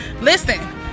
Listen